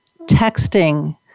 texting